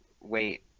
wait